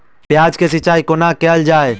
प्याज केँ सिचाई कोना कैल जाए?